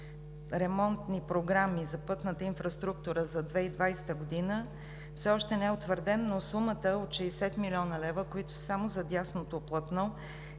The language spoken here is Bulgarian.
ремонтни програми за пътната инфраструктура за 2020 г. все още не е утвърден, но сумата от 60 млн. лв., които са само за дясното платно,